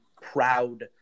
proud